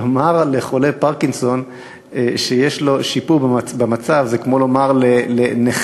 לומר על חולה פרקינסון שיש לו שיפור במצב זה כמו לומר לנכה,